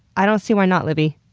i don't see why not livie.